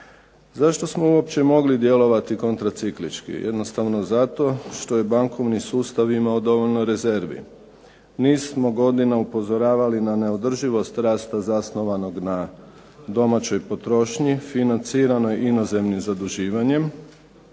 Zašto smo uopće mogli djelovati kontraciklički? Jednostavno zato što je bankovni sustav imao dovoljno rezervi. Niz smo godina upozoravali na neodrživost rasta zasnovanog na domaćoj potrošnji financiranoj inozemnim zaduživanjem